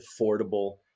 affordable